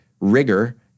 rigor